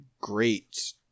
great